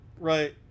right